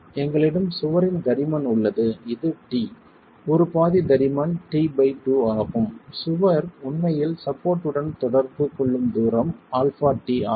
எங்களிடம் சுவரின் தடிமன் உள்ளது இது t ஒரு பாதி தடிமன் t பை 2 ஆகும் சுவர் உண்மையில் சப்போர்ட் உடன் தொடர்பு கொள்ளும் தூரம் αt ஆகும்